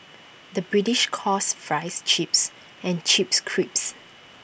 the British calls Fries Chips and Chips Crisps